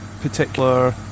particular